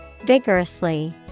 Vigorously